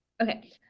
okay